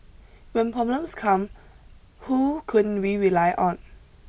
when problems come who can we rely on